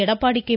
Edappadi K